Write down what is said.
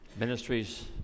Ministries